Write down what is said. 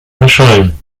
verschollen